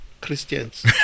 Christians